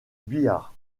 bihar